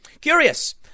Curious